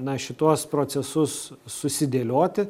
na šituos procesus susidėlioti